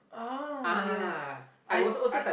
ah yes I I